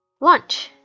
Lunch